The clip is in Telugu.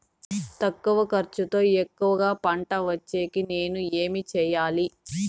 తక్కువ ఖర్చుతో ఎక్కువగా పంట వచ్చేకి నేను ఏమి చేయాలి?